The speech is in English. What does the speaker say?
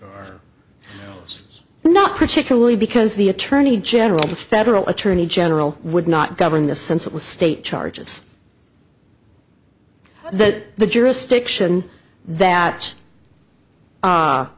it's not particularly because the attorney general the federal attorney general would not govern the since it was state charges that the jurisdiction that